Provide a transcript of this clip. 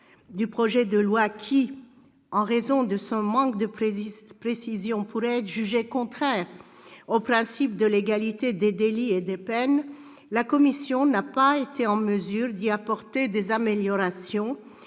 du projet de loi qui, en raison de son manque de précision, pourrait être jugé contraire au principe de légalité des délits et des peines, la commission n'a pas été en mesure d'y apporter des améliorations,